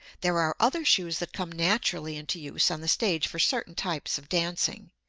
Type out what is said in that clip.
there are other shoes that come naturally into use on the stage for certain types of dancing.